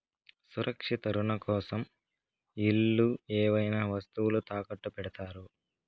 సురక్షిత రుణం కోసం ఇల్లు ఏవైనా వస్తువులు తాకట్టు పెడతారు